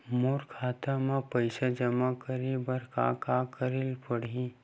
मोर खाता म पईसा जमा करे बर का का करे ल पड़हि?